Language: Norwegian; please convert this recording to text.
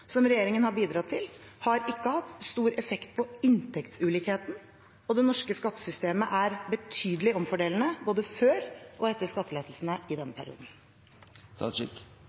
som regjeringen har bidratt til, har ikke hatt stor effekt på inntektsulikheten, og det norske skattesystemet er betydelig omfordelende både før og etter skattelettelsene i denne